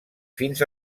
fins